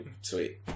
Sweet